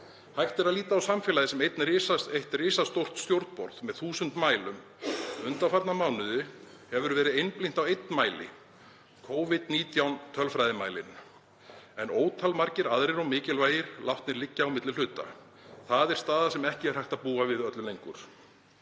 Hægt er að líta á samfélagið sem eitt risastórt stjórnborð með þúsund mælum. Undanfarna mánuði hefur verið einblínt á einn mæli, Covid-19 tölfræðimælinn, en ótalmargir aðrir og mikilvægir látnir liggja á milli hluta. Það er staða sem ekki er hægt að búa við öllu lengur.